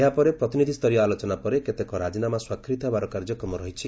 ଏହାପରେ ପ୍ରତିନିଧିଷ୍ଠରୀୟ ଆଲୋଚନା ପରେ କେତେକ ରାଜିନାମା ସ୍ୱାକ୍ଷରିତ ହେବାର କାର୍ଯ୍ୟକ୍ରମ ରହିଛି